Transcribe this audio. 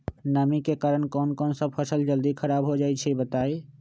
नमी के कारन कौन स फसल जल्दी खराब होई छई बताई?